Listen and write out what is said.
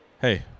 Hey